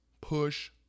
push